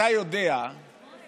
ואתה יודע שגיור,